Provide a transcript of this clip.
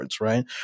right